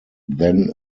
then